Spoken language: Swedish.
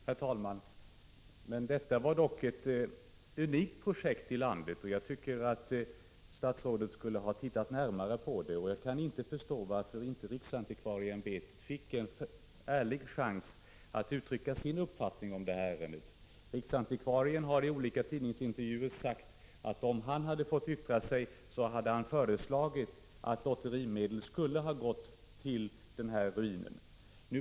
Herr talman! Detta var dock ett i landet unikt projekt, som jag tycker att statsrådet borde ha tittat närmare på. Jag kan inte förstå varför riksantikvarieämbetet inte fick en ärlig chans att uttrycka sin uppfattning om detta ärende. Riksantikvarien har i olika tidningsintervjuer sagt, att om han hade fått yttra sig, hade han föreslagit att lotterimedel skulle ha utgått till kostnaderna för bevarande av denna ruin.